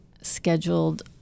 scheduled